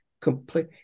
complete